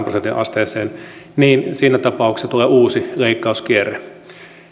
prosentin asteeseen ei päästä niin siinä tapauksessa tulee uusi leikkauskierre